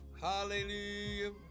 Hallelujah